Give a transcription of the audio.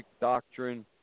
doctrine